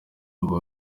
ubu